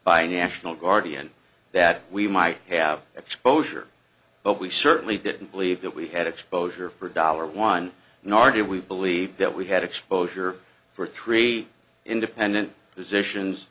by national guardian that we might have exposure but we certainly didn't believe that we had exposure for dollar one nor do we believe that we had exposure for three independent physicians